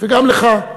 וגם לך,